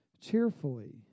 cheerfully